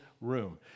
room